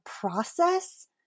process